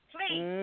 Please